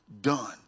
done